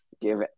give